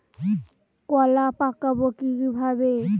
কলা পাকাবো কিভাবে?